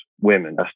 women